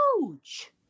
Huge